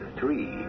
three